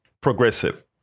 progressive